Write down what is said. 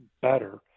better